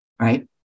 right